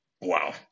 Wow